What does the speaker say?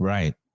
Right